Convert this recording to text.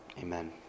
Amen